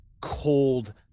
cold